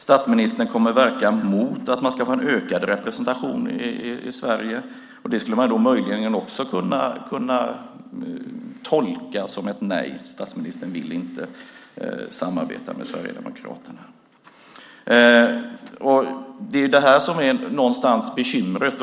Statsministern kommer att verka mot att Sverigedemokraterna ska få en ökad representation i Sverige. Det skulle möjligen också kunna tolkas som ett nej, att statsministern inte vill samarbeta med Sverigedemokraterna. Det är det här som någonstans är bekymret.